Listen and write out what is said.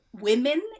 women